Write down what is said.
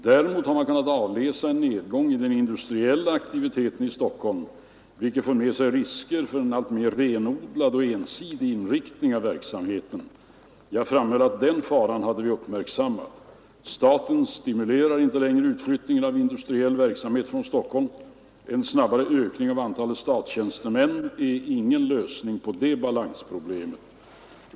Däremot har man kunnat avläsa en nedgång i den industriella aktiviteten i Stockholm, vilket för med sig risker för en alltmer renodlad och ensidig inriktning av verksamheten. Jag framhöll att den faran hade vi uppmärksammat. Staten stimulerar inte längre utflyttning av industriell verksamhet från Stockholm. En snabbare ökning av antalet statstjänstemän är ingen lösning på det balansproblemet.